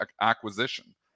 acquisition